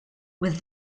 with